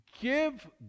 Give